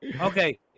Okay